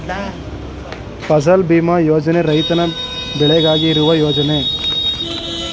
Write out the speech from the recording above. ಫಸಲ್ ಭೀಮಾ ಯೋಜನೆ ರೈತರ ಬೆಳೆಗಾಗಿ ಇರುವ ಯೋಜನೆ